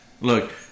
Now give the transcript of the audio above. look